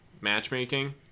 matchmaking